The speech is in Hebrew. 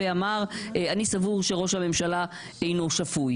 אמר 'אני סבור שראש הממשלה אינו שפוי',